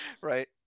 Right